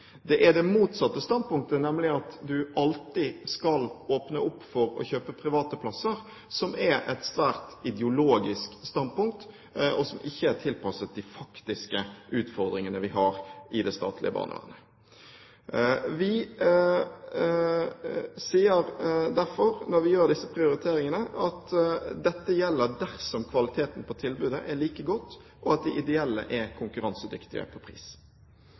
Det er det motsatte standpunktet, nemlig at man alltid skal åpne opp for å kjøpe private plasser, som er et svært ideologisk standpunkt, og som ikke er tilpasset de faktiske utfordringene vi har i det statlige barnevernet. Vi sier derfor, når vi gjør disse prioriteringene, at dette gjelder dersom kvaliteten på tilbudet er like godt, og at de ideelle aktørene er konkurransedyktige på pris.